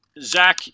Zach